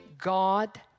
God